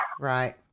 Right